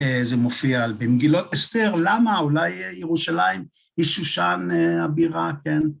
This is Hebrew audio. אה... זה מופיע על... במגילות אסתר, למה? אולי ירושלים היא שושן הבירה, כן?